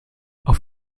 auf